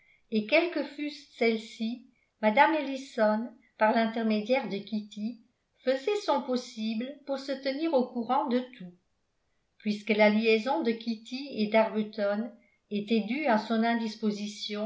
et quelles que fussent celles-ci mme ellison par l'intermédiaire de kitty faisait son possible pour se tenir au courant de tout puisque la liaison de kitty et d'arbuton était due à son